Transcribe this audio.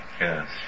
Yes